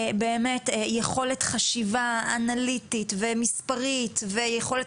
באמת יכולת חשיבה אנליטית ומספרית ויכולת